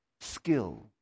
skill